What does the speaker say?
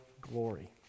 glory